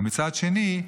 ומצד שני,